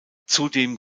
zudem